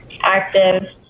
active